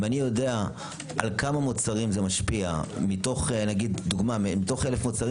אם אני יודע על כמה מוצרים זה משפיע מתוך למשל אלף מוצרים